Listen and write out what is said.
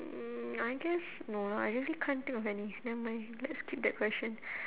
mm I guess no lah I really can't think of any nevermind let's skip that question